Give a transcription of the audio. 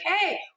hey